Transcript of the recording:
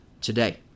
today